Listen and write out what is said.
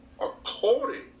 according